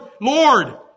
Lord